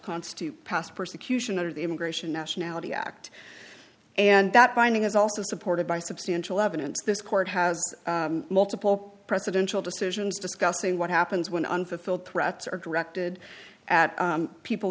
constitute past persecution under the immigration nationality act and that finding is also supported by substantial evidence this court has multiple presidential decisions discussing what happens when unfulfilled threats are directed at people